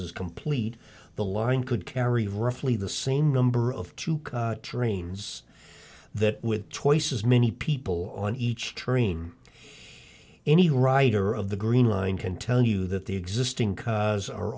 complete the line could carry roughly the same number of to train that with twice as many people on each train any writer of the green line can tell you that the existing cars are